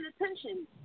attention